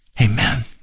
Amen